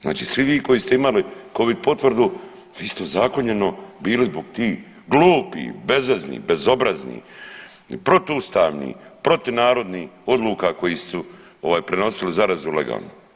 Znači svi vi koji ste imali Covid potvrdu vi se ozakonjeno bili zbog tih glupih, bezveznih, bezobraznih, protuustavnih, protunarodnih odluka koji su ovaj prenosili zarazu legalno.